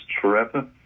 forever